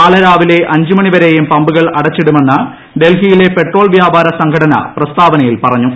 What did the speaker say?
നാളെ രാവിലെ അഞ്ചു മണി വരെയും പമ്പുകൾ അടച്ചിടുമെന്ന് ഡൽഹിയിലെ പെട്രോൾ വ്യാപാര സംഘടന പ്രസ്താവനയിൽ പറഞ്ഞു